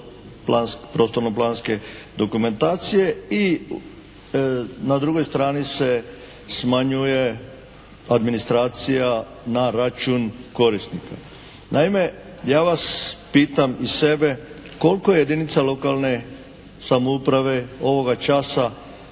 prostorno-planske dokumentacije i na drugoj strani se smanjuje administracija na račun korisnika. Naime, ja vas pitam i sebe koliko jedinica lokalne samouprave ovoga časa